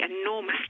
enormous